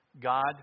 God